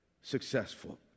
successful